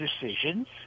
decisions